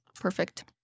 Perfect